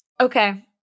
Okay